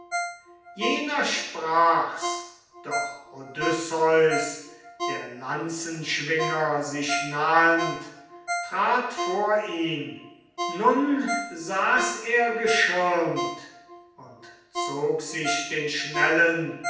jener sprach's doch odysseus der lanzenschwinger sich nahend trat vor ihn nun saß er geschirmt und zog sich den schnellen